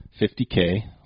50K